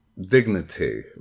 dignity